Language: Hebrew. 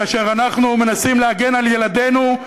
כאשר אנחנו מנסים להגן על ילדינו,